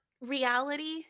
reality